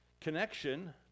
connection